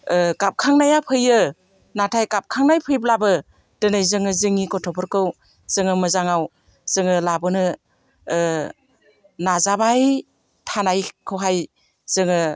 गाबखांनाया फैयो नाथाय गाबखांनाय फैब्लाबो दिनै जोङो जोंनि गथ'फोरखौ जोङो मोजाङाव जोङो लाबोनो नाजाबाय थानायखौहाय जोङो